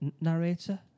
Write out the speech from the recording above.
Narrator